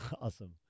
Awesome